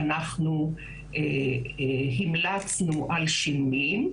אנחנו המלצנו על שימועים.